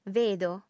vedo